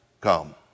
come